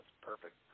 perfect